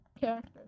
characters